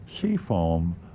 seafoam